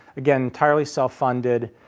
again, entirely self funded.